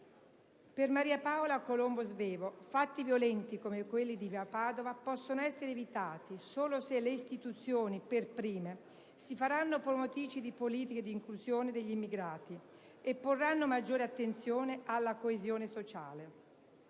Per Maria Paola Colombo Svevo fatti violenti come quelli di via Padova possono essere evitati solo se le istituzioni per prime si faranno promotrici di politiche di inclusione degli immigrati e porranno maggiore attenzione alla coesione sociale.